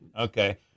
Okay